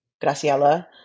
Graciela